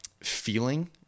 feeling